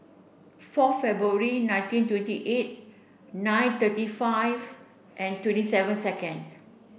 four February nineteen twenty eight nine thirty five and twenty seven second